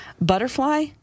Butterfly